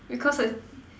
because I